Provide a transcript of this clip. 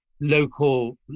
local